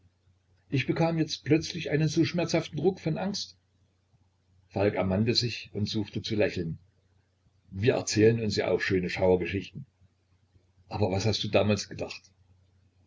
ich bekam jetzt plötzlich einen so schmerzhaften ruck von angst falk ermannte sich und suchte zu lächeln wir erzählen uns ja auch so schöne schauergeschichten aber was hast du damals gedacht